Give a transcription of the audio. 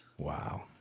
Wow